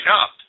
up